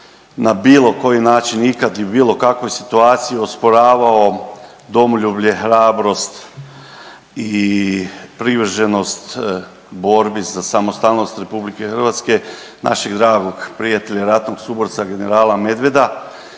na bilo koji način ikad i u bilo kakvoj situaciji osporavao domoljublje, hrabrost i privrženost borbi za samostalnost RH našeg dragog prijatelja, ratnog suborca generala Medveda,